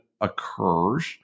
occurs